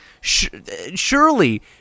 surely